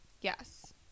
Yes